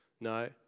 No